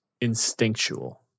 instinctual